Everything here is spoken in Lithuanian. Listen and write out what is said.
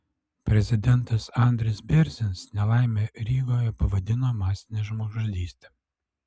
prezidentas andris bėrzinis nelaimę rygoje pavadino masine žmogžudyste